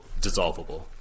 dissolvable